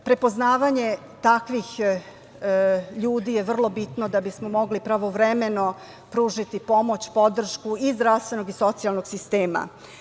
Prepoznavanje takvih ljudi je vrlo bitno da bismo mogli pravovremeno pružiti pomoć, podršku i zdravstvenog i socijalnog sistema.